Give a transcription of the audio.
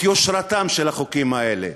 את יושרתם של החוקים האלה?